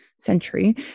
century